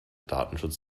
datenschutz